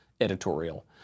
editorial